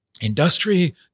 Industry